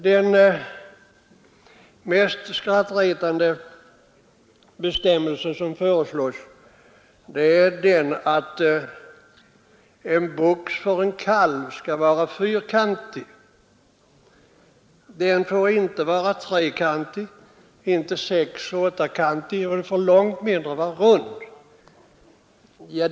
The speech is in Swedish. Den mest skrattretande bestämmelse som föreslås är den att en box för en kalv skall vara fyrkantig. Den får inte vara trekantig, sexeller åttakantig och inte rund.